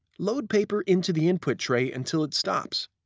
load paper into the input tray until it stops.